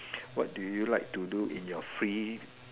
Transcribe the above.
what do you like to do in your free